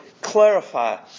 clarify